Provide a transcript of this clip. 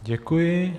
Děkuji.